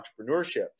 entrepreneurship